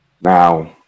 Now